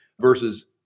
versus